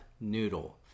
Noodle